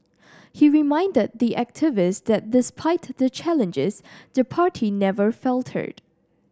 he reminded the activists that despite the challenges the party never faltered